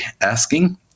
asking